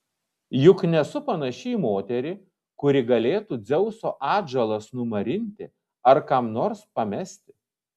juk nesu panaši į moterį kuri galėtų dzeuso atžalas numarinti ar kam nors pamesti